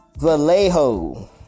Vallejo